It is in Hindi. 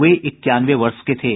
वे इक्यानवे वर्ष के थे